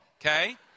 Okay